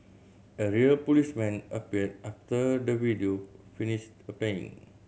a real policeman appeared after the video finished a ban